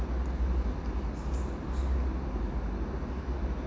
s~ uh